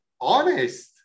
honest